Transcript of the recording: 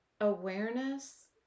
awareness